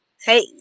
hey